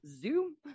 zoom